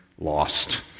lost